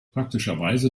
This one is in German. praktischerweise